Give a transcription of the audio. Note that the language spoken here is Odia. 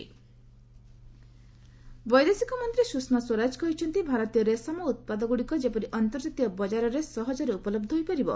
ଟେକ୍ଟେଟାଇଲ ସିଲ୍କ ବୈଦେଶିକ ମନ୍ତ୍ରୀ ସୁଷମା ସ୍ୱରାଜ କହିଛନ୍ତି ଭାରତୀୟ ରେଶମ ଉତ୍ପାଦଗୁଡିକ ଯେପରି ଅନ୍ତର୍ଜାତୀୟ ବଜାରରେ ସହଜରେ ଉପଲବ୍ଧ ହୋଇପାରିବ